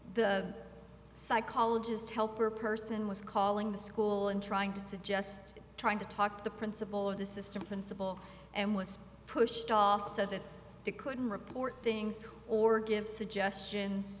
the psychologist helper person was calling the school in trying to suggest trying to talk to the principal of the system principal and was pushed off so that he couldn't report things or give suggestions